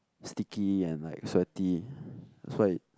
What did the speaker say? sticky and like sweaty that's why